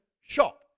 shop